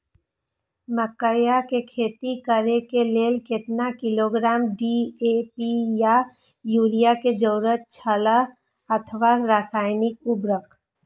मकैय के खेती करे के लेल केतना किलोग्राम डी.ए.पी या युरिया के जरूरत छला अथवा रसायनिक उर्वरक?